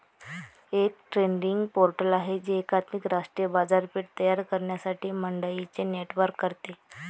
एक trading portal आहे जे एकात्मिक राष्ट्रीय बाजारपेठ तयार करण्यासाठी मंडईंचे नेटवर्क करते